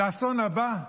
לאסון הבא?